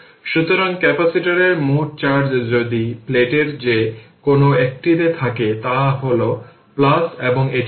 সুতরাং ক্যাপাসিটরের মোট চার্জ যদি প্লেটের যে কোনো একটিতে থাকে তা হল এবং এটি হল